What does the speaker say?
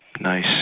Nice